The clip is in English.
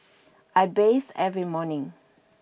I bathe every morning